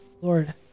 Lord